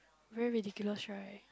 very ridiculous right